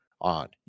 on